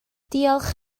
diolch